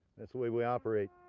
that's the way we operate